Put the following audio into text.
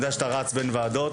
תודה רבה אדוני.